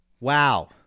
Wow